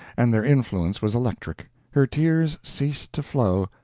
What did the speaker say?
and their influence was electric her tears ceased to flow,